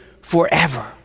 forever